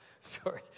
Sorry